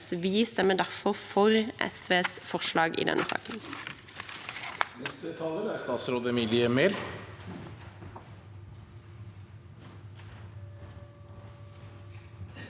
Vi stemmer derfor for SVs forslag i denne saken.